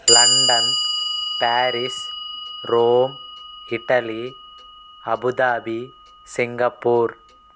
London Paris Rome Italy Abu Dhabi Singapore